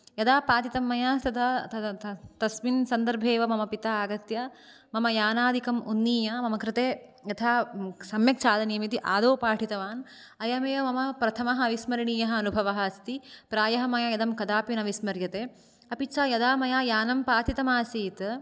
यदा पातितं मया तदा तदा तस्मिन् सन्दर्भे एव मम पिता अगत्य मम यानादिकम् उन्नीय मम कृते यथा सम्यक् चालनीयमिति आदौ पाठितवान् अयमेव मम प्रथमः अविस्मरणीयः अनुभवः अस्ति प्रायः मया इदं कदापि न विस्मर्यते अपि च यदा मया यानं पातितमासीत्